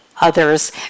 others